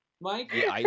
Mike